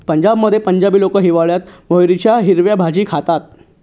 पंजाबमध्ये पंजाबी लोक हिवाळयात मोहरीच्या हिरव्या भाज्या खातात